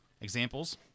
Examples